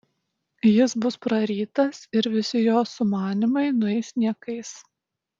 jis bus prarytas ir visi jos sumanymai nueis niekais